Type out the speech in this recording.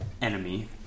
enemy